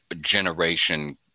generation